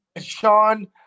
Sean